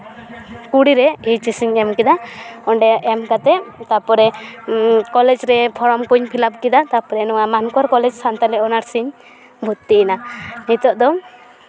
ᱠᱩᱲᱤᱨᱮ H S ᱤᱧ ᱮᱢ ᱠᱮᱫᱟ ᱚᱸᱰᱮ ᱮᱢ ᱠᱟᱛᱮᱫ ᱛᱟᱨᱯᱚᱨᱮ ᱠᱚᱞᱮᱡᱽ ᱨᱮ ᱯᱷᱚᱨᱚᱢ ᱠᱚᱧ ᱯᱷᱤᱞᱟᱯ ᱠᱮᱫᱟ ᱛᱟᱨᱯᱚᱨᱮ ᱱᱚᱣᱟ ᱢᱟᱱᱠᱚᱲ ᱠᱚᱞᱮᱡᱽ ᱥᱟᱱᱛᱟᱲᱤ ᱚᱱᱟᱨᱥ ᱛᱤᱧ ᱵᱷᱚᱨᱛᱤᱭᱮᱱᱟ ᱱᱤᱛᱚᱜ ᱫᱚ